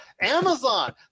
Amazon